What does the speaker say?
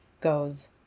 goes